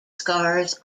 scars